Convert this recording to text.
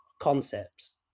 concepts